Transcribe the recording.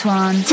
one